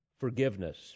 forgiveness